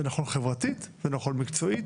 זה נכון חברתית וזה נכון מקצועית.